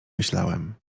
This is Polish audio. myślałem